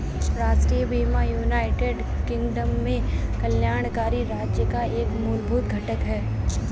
राष्ट्रीय बीमा United Kingdom में कल्याणकारी राज्य का एक मूलभूत घटक है